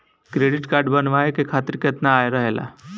Credit card बनवाए के खातिर केतना आय रहेला?